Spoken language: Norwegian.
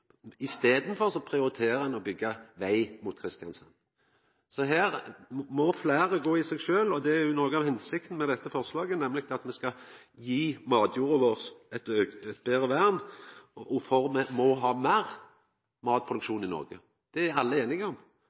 byggja veg mot Kristiansand. Her må fleire gå i seg sjølve – og det er noko av hensikta med dette forslaget, nemleg at me skal gje matjorda vår eit betre vern, for me må ha meir matproduksjon i Noreg. Det er alle einige om